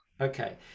Okay